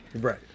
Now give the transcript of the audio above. Right